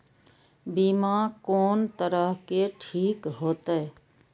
बीमा कोन तरह के ठीक होते?